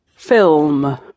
Film